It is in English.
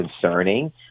concerning